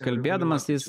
kalbėdamas jis